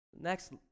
Next